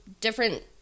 Different